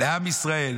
לעם ישראל,